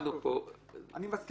הגבלת החייב מקבל, מהחזיק